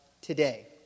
today